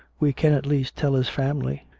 we can at least tell his family.